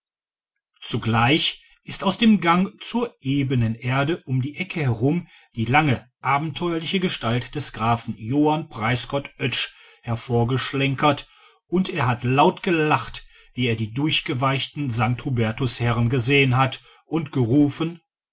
zugleich ist aus dem gang zur ebenen erde um die ecke herum die lange abenteuerliche gestalt des grafen johann preisgott oetsch hervorgeschlenkert und er hat laut gelacht wie er die durchgeweichten st hubertus herren gesehen hat und gerufen